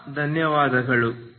ತುಂಬಾ ಧನ್ಯವಾದಗಳು